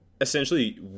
essentially